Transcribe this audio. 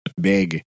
big